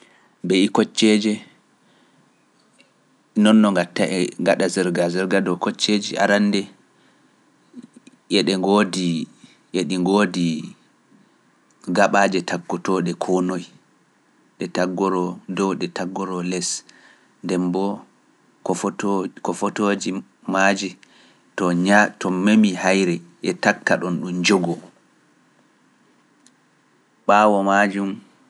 Mbe'i kocceeje, non no ngaɗa e gaɗa ka takaaki kocceeje arannde, e ɗi ngoodi gaɓaaje taggotooɗe koo noy, ɗe taggoro dow ɗe taggoro les, nden mboo kofotooji maaje to memi haayre e takka ɗon ɗum njogo.